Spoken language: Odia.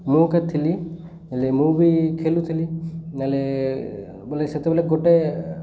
ମୁଁ ଏକେ ଥିଲି ହେଲେ ମୁଁ ବି ଖେଲୁଥିଲି ବେଲେ ବୋଲେ ସେତେବେଲେ ଗୋଟେ